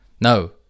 No